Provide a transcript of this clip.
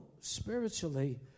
spiritually